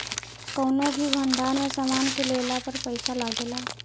कौनो भी भंडार में सामान के लेला पर पैसा लागेला